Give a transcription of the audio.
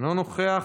אינו נוכח,